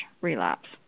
relapse